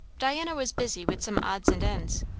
diana was busy with some odds and ends,